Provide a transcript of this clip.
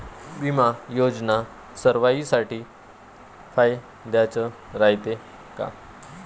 बिमा योजना सर्वाईसाठी फायद्याचं रायते का?